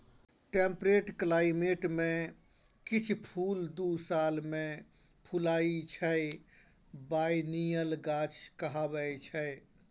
temperate climate मे किछ फुल दु साल मे फुलाइ छै बायनियल गाछ कहाबै छै